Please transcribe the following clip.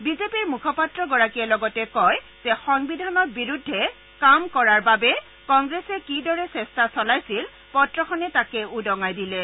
বিজেপিৰ মুখপাত্ৰগৰাকীয়ে লগতে কয় যে সংবিধানত আঘাট হনাৰ বাবে কংগ্ৰেছে কিদৰে চেষ্টা চলাইছিল পত্ৰখনে তাকে উদঙাই দিলে